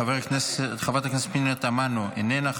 חברת הכנסת פנינה תמנו, איננה.